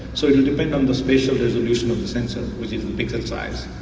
so you depend on the spatial resolution of the sensor, which is the pixel size.